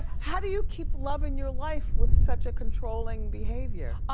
how do you keep loving your life with such a controlling behavior?